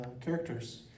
characters